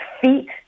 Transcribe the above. feet